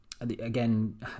again